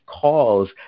calls